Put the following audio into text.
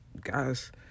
guys